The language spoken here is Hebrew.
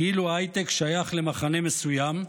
כאילו ההייטק שייך למחנה מסוים,